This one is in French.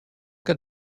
cas